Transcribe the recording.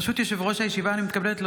ברשות יושב-ראש הישיבה, אני מתכבדת להודיעכם,